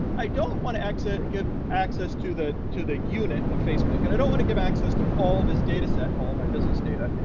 i don't want to give access to the to the unit of facebook and i don't want to give access to all this dataset, all my business data.